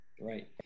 right